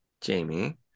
Jamie